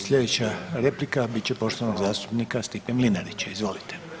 Sljedeća replika bit će poštovanog zastupnika Stipe Mlinarića, izvolite.